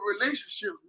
relationship